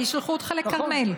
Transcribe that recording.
ישלחו אותך לכרמל.